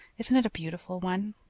isn't it a beautiful one?